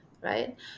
right